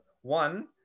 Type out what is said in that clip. one